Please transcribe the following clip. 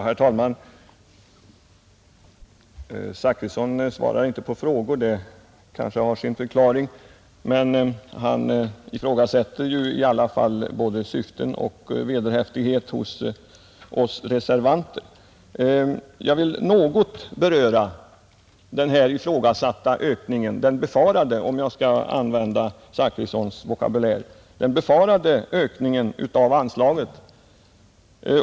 Herr talman! Herr Zachrisson svarar inte på frågor; det kanske har sin förklaring. Han ifrågasätter emellertid både syften och vederhäftighet hos oss reservanter, Jag vill något beröra den ifrågasatta eller — om jag skall använda herr Zachrissons vokabulär — befarade ökningen av anslaget.